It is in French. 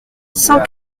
cent